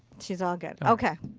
she's all good. okay.